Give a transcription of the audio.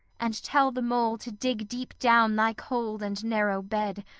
and tell the mole to dig deep down thy cold and narrow bed,